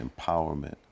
empowerment